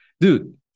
Dude